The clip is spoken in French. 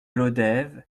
lodève